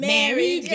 Mary